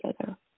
together